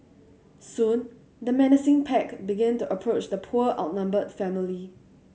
soon the menacing pack began to approach the poor outnumbered family